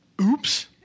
Oops